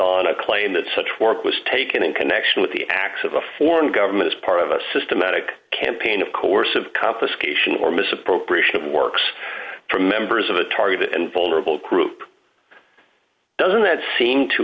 on a claim that such work was taken in connection with the acts of a foreign government as part of a systematic campaign of course of confiscation or misappropriation of works for members of a targeted and vulnerable group doesn't that seem to